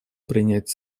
принять